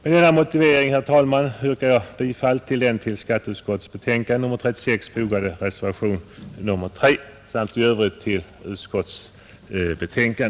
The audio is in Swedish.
Med denna motivering, herr talman, yrkar jag bifall till den till skatteutskottets betänkande nr 36 fogade reservationen 3 samt i övrigt till utskottets hemställan.